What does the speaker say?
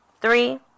three